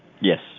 yes